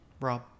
Rob